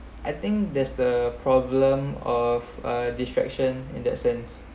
I think that's the problem of uh distraction in that sense